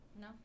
No